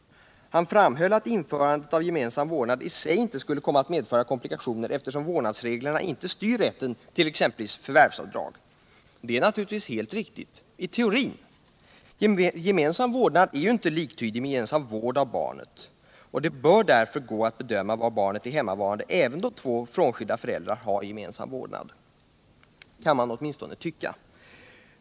Han framhöll att införandet av gemensam vårdnad i sig inte skulle komma att medföra komplikationer, eftersom vårdnadsreglerna inte styr rätten till exempelvis förvärvsavdrag. Det är naturligtvis helt riktigt — i teorin. Gemensam vårdnad är inte liktydig med gemensam vård av barnet, och det bör därför gå att bedöma var barnet är hemmavarande även då två frånskilda föräldrar har gemensam vårdnad — det kan man åtminstone tycka.